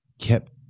kept